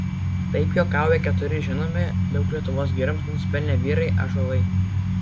taip juokauja keturi žinomi daug lietuvos girioms nusipelnę vyrai ąžuolai